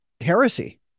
heresy